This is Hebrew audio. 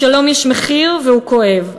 לשלום יש מחיר והוא כואב,